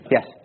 Yes